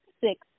six